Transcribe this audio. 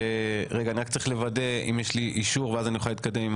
אני צריך לוודא אם יש לי אישור ואז אוכל להתקדם עם